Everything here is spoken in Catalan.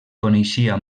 coneixia